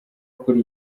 kuri